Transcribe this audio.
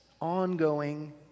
Ongoing